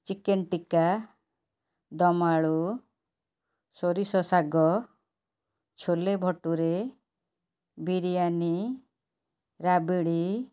chicken tikka dum aloo ସୋରିଷ ଶାଗ ଛୋଲେଭଟୁରେ ବିରିଆନୀ ରାବିଡ଼ି